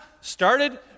started